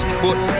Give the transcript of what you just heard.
foot